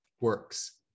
works